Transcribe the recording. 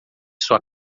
sua